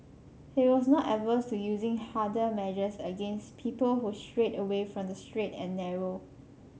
he was not averse to using harder measures against people who strayed away from the straight and narrow